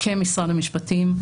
כמשרד המשפטים,